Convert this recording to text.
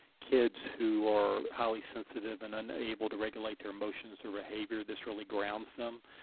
kids who are highly sensitive, and unable to regulate their emotions or behavior. this really grounds them,